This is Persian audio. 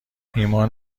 ایمان